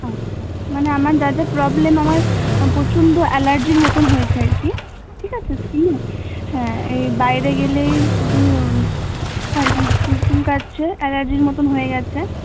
আচ্ছা মানে আমার যা যা প্রবলেম আমার প্রচণ্ড অ্যালার্জির মতন হয়েছে আর কি ঠিক আছে কিনে হ্যাঁ এই বাইরে গেলেই প্রচুর আর কি চুল চুল কাচ্ছে অ্যালার্জির মতন হয়ে গেছে